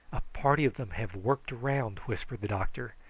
a party of them have worked round, whispered the doctor.